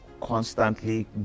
constantly